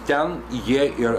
ten jie ir